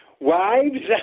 wives